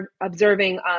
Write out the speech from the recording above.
observing